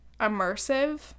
immersive